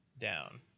down